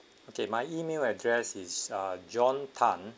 okay my email address is ah john tan